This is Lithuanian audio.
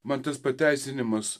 man tas pateisinimas